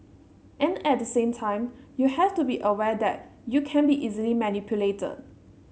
and at the same time you have to be aware that you can be easily manipulated